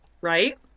Right